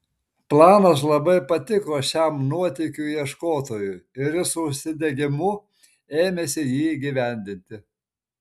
planas labai patiko šiam nuotykių ieškotojui ir jis su užsidegimu ėmėsi jį įgyvendinti